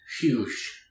Huge